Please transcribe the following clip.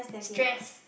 stress